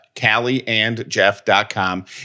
Callieandjeff.com